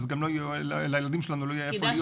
גם לילדים שלנו לא יהיה איפה להיות.